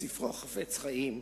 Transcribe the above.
בספרו "חפץ חיים",